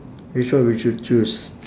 which one would you choose